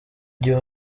gihe